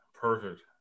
Perfect